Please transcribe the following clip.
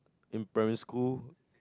in primary school